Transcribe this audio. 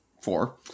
four